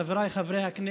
חבריי חברי הכנסת,